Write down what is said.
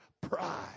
pride